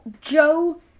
Joe